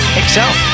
excel